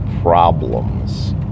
problems